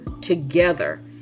together